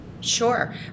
Sure